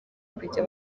kujya